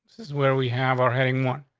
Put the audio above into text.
this is where we have our heading. one.